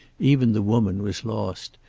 even the woman, was lost,